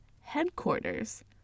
headquarters